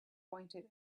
pointed